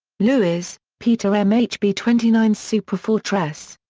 lewis, peter m. h. b twenty nine superfortress.